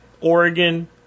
Oregon